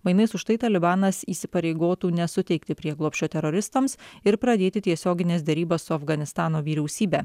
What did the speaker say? mainais už tai talibanas įsipareigotų nesuteikti prieglobsčio teroristams ir pradėti tiesiogines derybas su afganistano vyriausybe